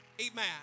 Amen